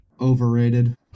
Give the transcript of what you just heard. Overrated